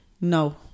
No